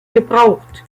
gebraucht